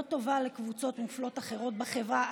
לא טובה לקבוצות מופלות אחרות בחברה,